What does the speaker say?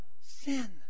sin